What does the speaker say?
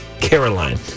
Caroline